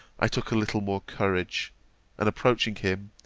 i took a little more courage and approaching him,